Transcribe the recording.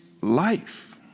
life